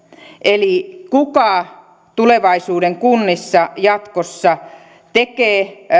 eli kuka tulevaisuuden kunnissa jatkossa tekee